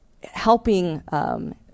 helping